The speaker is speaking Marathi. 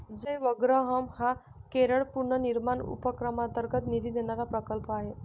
जयवग्रहम हा केरळ पुनर्निर्माण उपक्रमांतर्गत निधी देणारा प्रकल्प आहे